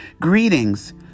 greetings